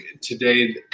today